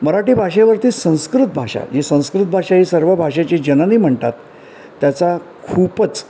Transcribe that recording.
मराठी भाषेवरती संस्कृत भाषा ही संस्कृत भाषा ही सर्व भाषेची जननी म्हणतात त्याचा खूपच